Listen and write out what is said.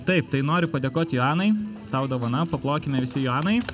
taip tai noriu padėkot joanai tau dovana paplokime visi joanai